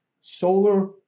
Solar